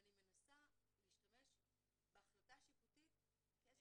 ואני מנסה להשתמש בהחלטה שיפוטית כאיזה